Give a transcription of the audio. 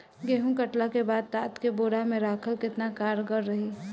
गेंहू कटला के बाद तात के बोरा मे राखल केतना कारगर रही?